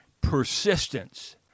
persistence